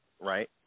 right